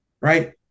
Right